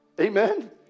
Amen